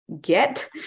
Get